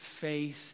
face